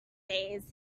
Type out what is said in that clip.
days